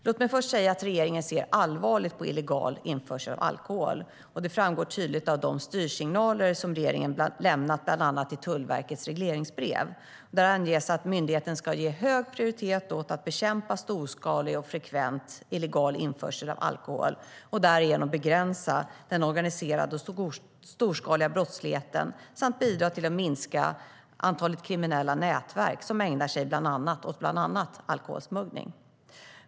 Låt mig först säga att regeringen ser allvarligt på illegal införsel av alkohol. Det framgår tydligt av de styrsignaler regeringen lämnat bland annat i Tullverkets regleringsbrev. Där anges att myndigheten ska ge hög prioritet åt att bekämpa storskalig eller frekvent illegal införsel av alkohol, och därigenom begränsa den organiserade och storskaliga brottsligheten, samt bidra till att minska antalet kriminella nätverk som ägnar sig åt bland annat alkoholsmuggling.